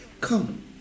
come